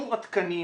איתור התקנים.